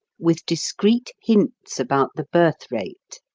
with discreet hints about the birth-rate.